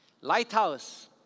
Lighthouse